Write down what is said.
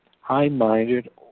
high-minded